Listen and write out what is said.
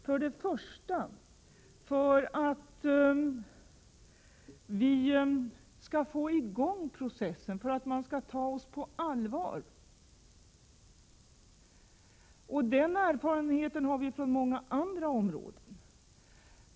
Främst är de nödvändiga för att processen skall komma i gång och för att man skall ta oss på allvar. Samma erfarenhet har vi från många andra områden.